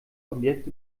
objekt